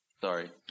Sorry